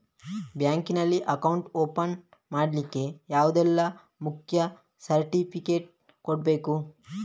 Bank ನಲ್ಲಿ account open ಮಾಡ್ಲಿಕ್ಕೆ ಯಾವುದೆಲ್ಲ ಮುಖ್ಯ ಸರ್ಟಿಫಿಕೇಟ್ ಕೊಡ್ಬೇಕು?